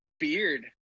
beard